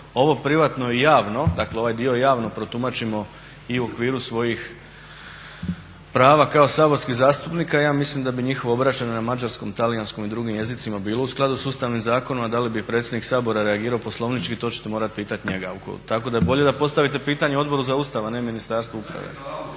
ovo privatno i javno dakle ovaj dio javno protumačimo i u okviru svojih prava kao saborski zastupnika ja mislim da bi njihovo obraćanje na mađarskom, talijanskom i drugim jezicima bilo u skladu s ustavnim zakonima, da li bi predsjednik Sabora reagirao poslovnički to ćete morat pitat njega. Tako da je bolje da postavite pitanje Odboru za Ustav, a ne Ministarstvu uprave.